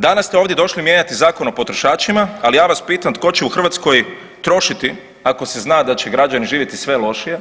Danas ste ovdje došli mijenjati Zakon o potrošačima, ali ja vas pitam tko će u Hrvatskoj trošiti ako se zna da će građani živjeti sve lošije,